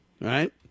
right